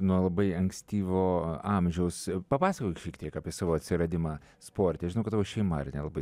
nuo labai ankstyvo amžiaus papasakok šiek tiek apie savo atsiradimą sporte žinau kad tavo šeima ar ne labai